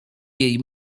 jej